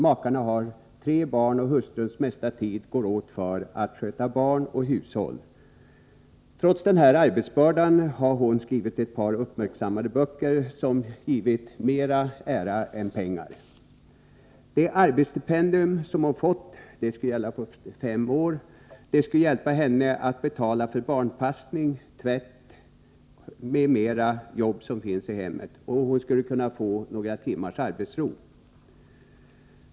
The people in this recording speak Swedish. Makarna har tre barn, och det mesta av hustruns tid går åt för att sköta barn och hushåll. Trots denna arbetsbörda har hon skrivit ett par uppmärksammade böcker, som givit mera ära än pengar. Det arbetsstipendium som hon fått och som gäller på fem år skulle hjälpa henne att betala för barnpassning, tvätt och annat jobb i hemmet, och hon skulle kunna få några timmars arbetsro.